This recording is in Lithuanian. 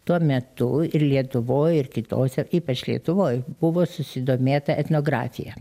tuo metu ir lietuvoj ir kitose ypač lietuvoj buvo susidomėta etnografija